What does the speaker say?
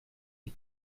die